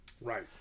Right